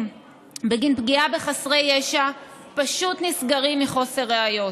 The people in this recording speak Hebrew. בגין פגיעה בחסרי ישע פשוט נסגרים מחוסר ראיות.